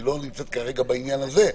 היא לא נמצאת כרגע בעניין הזה.